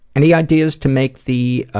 any ideas to make the,